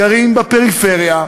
גרים בפריפריה,